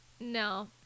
No